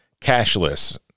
cashless